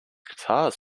guitars